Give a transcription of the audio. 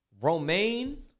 romaine